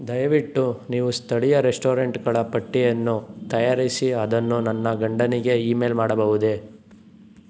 ದಯವಿಟ್ಟು ನೀವು ಸ್ಥಳೀಯ ರೆಸ್ಟೋರೆಂಟ್ಗಳ ಪಟ್ಟಿಯನ್ನು ತಯಾರಿಸಿ ಅದನ್ನು ನನ್ನ ಗಂಡನಿಗೆ ಇಮೇಲ್ ಮಾಡಬಹುದೆ